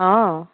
অ'